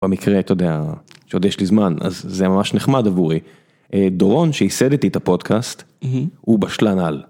במקרה, אתה יודע, שעוד יש לי זמן. אז זה היה ממש נחמד עבורי. דורון שיסד איתי את הפודקאסט, הוא בשלן על.